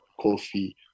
coffee